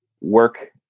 work